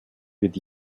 wird